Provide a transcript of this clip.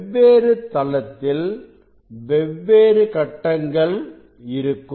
வெவ்வேறு தளத்தில் வெவ்வேறு கட்டங்கள் இருக்கும்